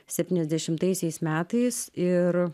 septyniasdešimtaisiais metais ir